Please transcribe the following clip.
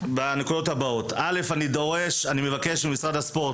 בנקודות הבאות: אני מבקש ממשרד הספורט